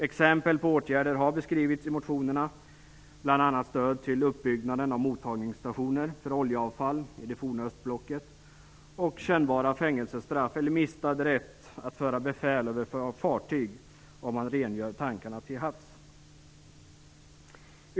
Exempel på åtgärder har beskrivits i motionerna, bl.a. stöd till uppbyggnaden av mottagningsstationer för oljeavfall i det forna östblocket samt kännbara fängelsestraff eller återkallande av rätt att föra befäl över fartyg om man rengör tankarna till havs.